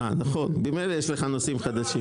ממילא יש לך נושאים חדשים.